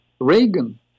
Reagan